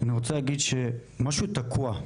אני רוצה להגיד שמשהו תקוע.